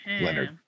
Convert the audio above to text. Leonard